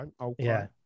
okay